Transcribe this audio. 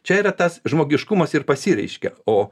čia yra tas žmogiškumas ir pasireiškia o